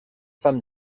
femme